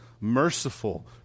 merciful